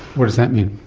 what does that mean?